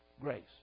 Grace